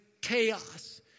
chaos